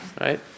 Right